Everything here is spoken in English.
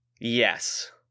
Yes